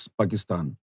Pakistan